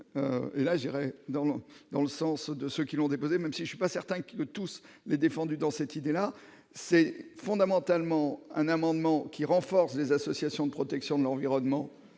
dans le dans le sens de ceux qui l'ont déposé, même si je suis pas certain que tous les défendu dans cette idée-là, c'est fondamentalement un amendement qui renforce les associations de protection de l'environnement